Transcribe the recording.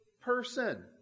person